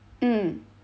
mm